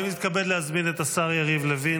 אני מתכבד להזמין את השר יריב לוין